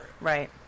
right